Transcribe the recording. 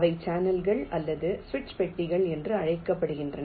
அவை சேனல்கள் அல்லது சுவிட்ச் பெட்டிகள் என்று அழைக்கப்படுகின்றன